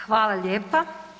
Hvala lijepa.